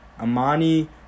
Amani